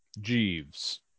Jeeves